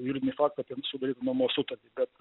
juridinį faktą apie sudarytą nuomos sutartį bet